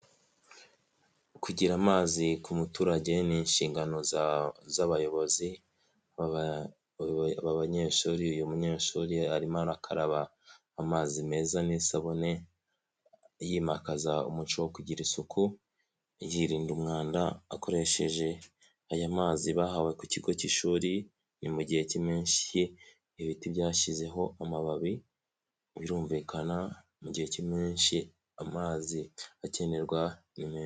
Kugira amazi k'umuturage ni inshingano z'abayobozi ba abanyeshuri, uyu munyeshuri arimo arakaraba amazi meza n'isabune, yimakaza umuco wo kugira isuku, yirinda umwanda akoresheje aya mazi bahawe ku kigo cy'ishuri, ni mu gihe cy'impeshyi ibiti byashizeho amababi, birumvikana mu gihe cy'impeshyi amazi akenerwa nimenshi.